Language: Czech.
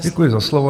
Děkuji za slovo.